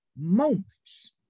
moments